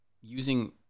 using